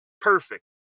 perfect